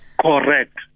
Correct